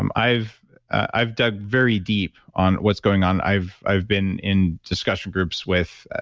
um i've i've dug very deep on what's going on. i've i've been in discussion groups with